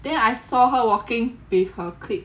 then I saw her walking with her clique